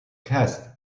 cast